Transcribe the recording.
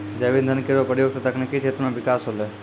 जैव इंधन केरो प्रयोग सँ तकनीकी क्षेत्र म बिकास होलै